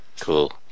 Cool